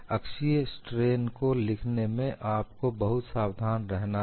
अक्षीय स्ट्रेन को लिखने में आपको बहुत सावधान रहना है